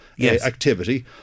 activity